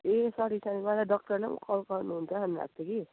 ए sorry sorry मलाई डाक्टरले call गर्नु हुन्छ भन्नु भएको थियो कि